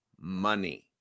money